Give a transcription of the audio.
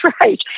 right